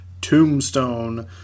tombstone